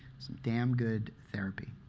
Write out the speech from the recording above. some damn good therapy.